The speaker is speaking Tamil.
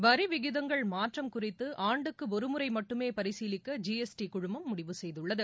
வரி விகிதங்கள் மாற்றம் குறித்து ஆண்டுக்கு ஒருமுறை மட்டுமே பரிசீலிக்க ஜி எஸ் டி குழுமம் முடிவு செய்துள்ளது